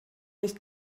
nicht